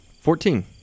Fourteen